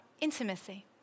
intimacy